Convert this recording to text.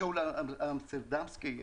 שאול פנדמסקי.